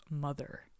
mother